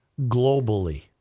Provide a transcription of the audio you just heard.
globally